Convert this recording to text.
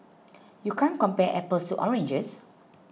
you can't compare apples to oranges